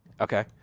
Okay